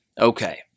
Okay